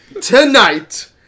Tonight